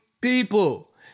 people